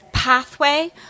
pathway